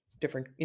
different